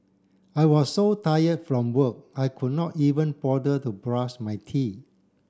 I was so tired from work I could not even bother to brush my teeth